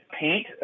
paint